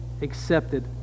accepted